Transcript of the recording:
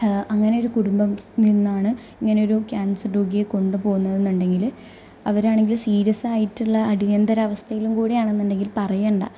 അങ്ങനെയൊരു കുടുംബം നിന്നാണ് ഇങ്ങനെയൊരു ക്യാന്സര് രോഗിയെ കൊണ്ടുപോകുന്നതെന്നുണ്ടെങ്കിൽ അവരാണെങ്കില് സീരിയസ്സായിട്ടുള്ള അടിയന്തരാവസ്ഥയിലും കൂടി ആണെന്നുണ്ടെങ്കിൽ പറയണ്ട